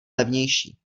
levnější